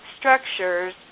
Structures